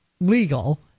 legal